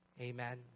Amen